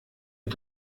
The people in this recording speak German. der